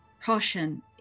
caution